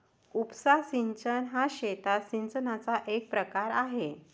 उपसा सिंचन हा शेतात सिंचनाचा एक प्रकार आहे